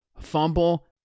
fumble